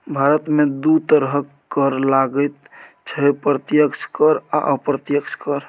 भारतमे दू तरहक कर लागैत छै प्रत्यक्ष कर आ अप्रत्यक्ष कर